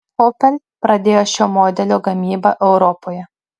opel pradėjo šio modelio gamybą europoje